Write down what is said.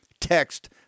Text